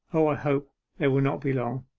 o, i hope they will not be long.